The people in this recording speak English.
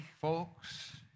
folks